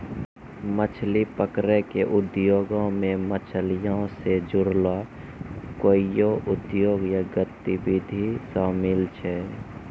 मछली पकरै के उद्योगो मे मछलीयो से जुड़लो कोइयो उद्योग या गतिविधि शामिल छै